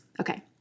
Okay